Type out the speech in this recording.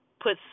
puts